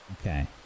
Okay